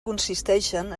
consisteixen